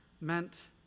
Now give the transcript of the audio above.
meant